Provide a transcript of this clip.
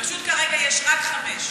פשוט כרגע יש רק חמש.